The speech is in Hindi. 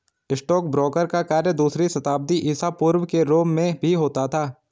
स्टॉकब्रोकर का कार्य दूसरी शताब्दी ईसा पूर्व के रोम में भी होता था